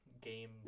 Game